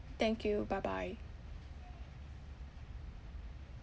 thank you bye bye